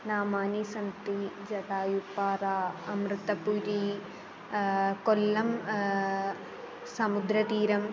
नामानि सन्ति जटायुप्पारा अमृतपुरी कोल्लं समुद्रतीरम्